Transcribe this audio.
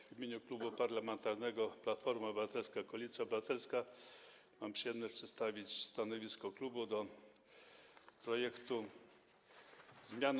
W imieniu Klubu Parlamentarnego Platforma Obywatelska - Koalicja Obywatelska mam przyjemność przedstawić stanowisko klubu co do projektu zmiany